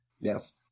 Yes